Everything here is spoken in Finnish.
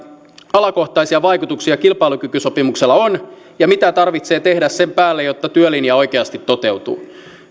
alakohtaisia vaikutuksia kilpailukykysopimuksella on ja mitä tarvitsee tehdä sen päälle jotta työlinja oikeasti toteutuu